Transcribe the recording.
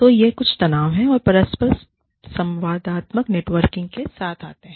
तो ये कुछ तनाव हैं जो परस्पर संवादात्मक नेटवर्किंग के साथ आते हैं